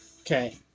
Okay